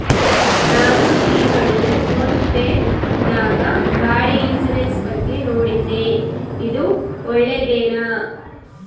ನಾನು ಈ ನಡುವೆ ಫೋನ್ ಪೇ ನಾಗ ಗಾಡಿ ಇನ್ಸುರೆನ್ಸ್ ಬಗ್ಗೆ ನೋಡಿದ್ದೇ ಇದು ಒಳ್ಳೇದೇನಾ?